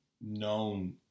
known